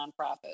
nonprofit